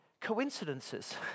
coincidences